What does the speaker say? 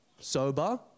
sober